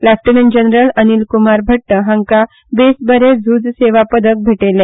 lieutenant general Anil Kumar Bhatt हांकां बेस बरें झूज सेवा पदक भेटयले